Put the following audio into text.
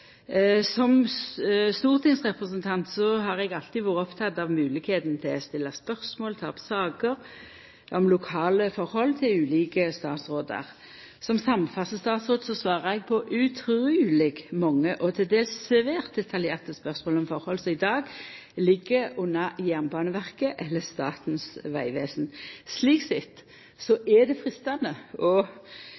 Som stortingsrepresentant var eg alltid oppteken av moglegheita til å stilla spørsmål og ta opp saker om lokale forhold til ulike statsrådar. Som samferdselsstatsråd svarar eg på utruleg mange og til dels svært detaljerte spørsmål om saker som i dag ligg under Jernbaneverket eller Statens vegvesen. Slik